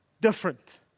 different